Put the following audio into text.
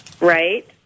right